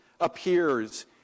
appears